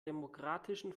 demokratischen